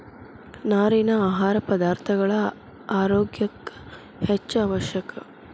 ನಾರಿನ ಆಹಾರ ಪದಾರ್ಥಗಳ ಆರೋಗ್ಯ ಕ್ಕ ಹೆಚ್ಚು ಅವಶ್ಯಕ